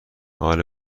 حال